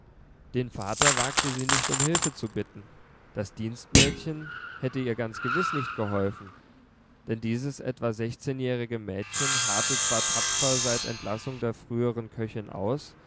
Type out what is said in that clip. den vater wagte sie nicht um hilfe zu bitten das dienstmädchen hätte ihr ganz gewiß nicht geholfen denn dieses etwa sechzehnjährige mädchen harrte zwar tapfer seit entlassung der früheren köchin aus